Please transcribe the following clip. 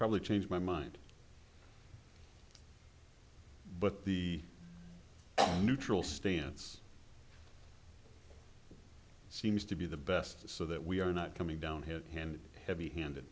probably change my mind but the neutral stance seems to be the best so that we are not coming down here and heavy handed